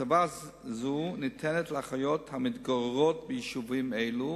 הטבה זו ניתנת לאחיות המתגוררות ביישובים אלו